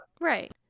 right